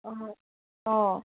অঁ অঁ